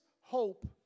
hope